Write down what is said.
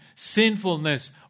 Sinfulness